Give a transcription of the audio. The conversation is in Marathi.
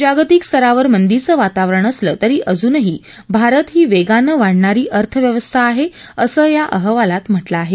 जागतिक स्तरावर मंदीचं वातावरण असलं तरी अजूनही भारत ही वेगानं वाढणारी अर्थव्यवस्था आहे असं या अहवालात म्हटलं आहे